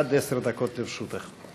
עד עשר דקות לרשותך.